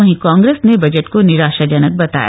वहीं कांग्रेस ने बजट को निराशाजनक बताया